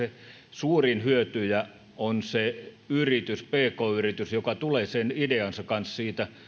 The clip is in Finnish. suurin hyötyjä on se yritys pk yritys joka tulee ideansa kanssa siitä